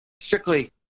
strictly